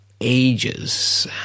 ages